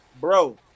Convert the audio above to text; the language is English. Bro